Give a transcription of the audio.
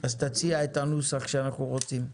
תציע את הנוסח שאנחנו רוצים.